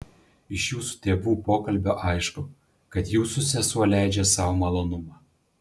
iš jūsų tėvų pokalbio aišku kad jūsų sesuo leidžia sau malonumą